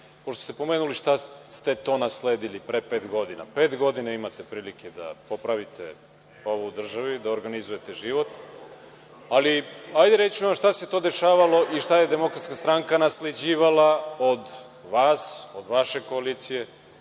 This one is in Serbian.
pošto ste pomenuli šta ste to nasledili pre pet godina, pet godina ste imali priliku da popravite ovo u državi, da organizujete život, ali reći ću vam šta se to dešavalo i šta je DS nasleđivala od vas, vašeg koalicije